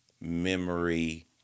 memory